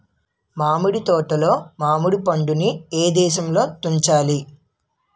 మామిడి తోటలో మామిడి పండు నీ ఏదశలో తుంచాలి?